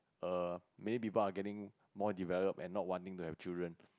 err many people are getting more develop and not wanting to have children